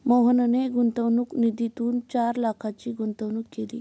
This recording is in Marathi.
मोहनने गुंतवणूक निधीतून चार लाखांची गुंतवणूक केली